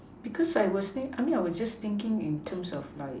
because I will say I mean I was just thinking in terms of like